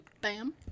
Bam